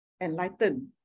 enlightened